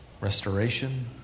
restoration